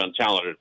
untalented